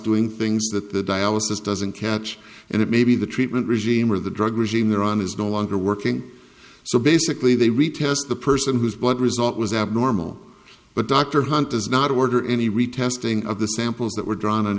doing things that the dialysis doesn't catch and it may be the treatment regime or the drug regime they're on is no longer working so basically they retest the person whose blood result was abnormal but dr hunt is not order any retesting of the samples that were drawn